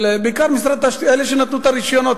בעיקר אלה שנתנו את הרשיונות.